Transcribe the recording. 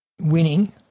winning